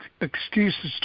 excuses